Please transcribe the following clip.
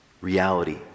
reality